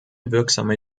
wirksame